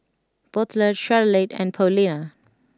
Butler Charolette and Paulina